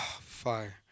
Fire